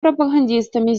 пропагандистами